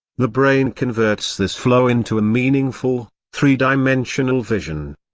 the brain converts this flow into a meaningful, three-dimensional vision.